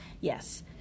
Yes